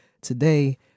Today